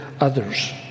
others